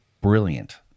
brilliant